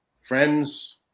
friends